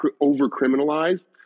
over-criminalized